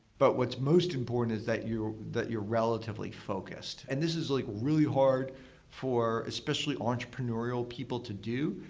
but what's most important is that you're that you're relatively focused, and this is like really hard for especially entrepreneurial people to do,